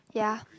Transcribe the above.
ya